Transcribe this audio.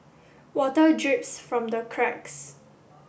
water drips from the cracks